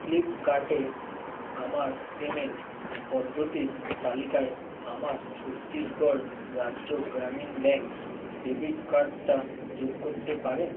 ফ্লিপকার্টে আমার পেমেন্ট পদ্ধতির তালিকায় আমার ছত্তিশগড় রাজ্য গ্রামীণ ব্যাঙ্ক ডেবিট কার্ডটা যোগ করতে পারেন